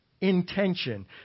intention